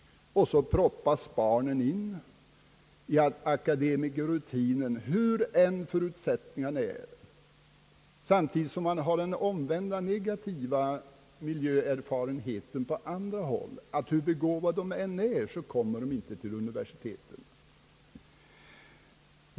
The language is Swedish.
Därför proppas barnen in i akademikerrutinen — hur än förutsättningarna är. Samtidigt har vi på andra håll den omvända negativa miljöerfarenheten, nämligen att hur begåvade barnen än är så kommer de inte till universiteten.